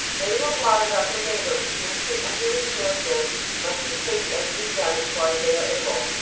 they who have lied about their neighbor and seriously injured his character must repair the injury done as far as they are able,